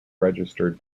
registered